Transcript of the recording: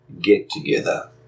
get-together